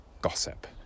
gossip